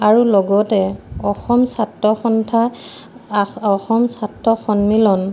আৰু লগতে অসম ছাত্ৰ সন্থা অসম ছাত্ৰ সন্মিলন